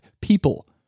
people